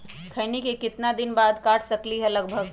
खैनी को कितना दिन बाद काट सकलिये है लगभग?